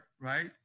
right